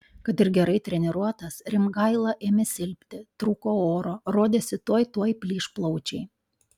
kad ir gerai treniruotas rimgaila ėmė silpti trūko oro rodėsi tuoj tuoj plyš plaučiai